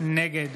נגד